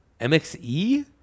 MXE